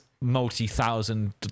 multi-thousand